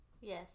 yes